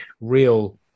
real